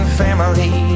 family